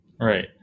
Right